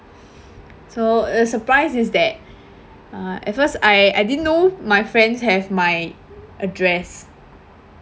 so a surprise is that uh at first I I didn't know my friends have my address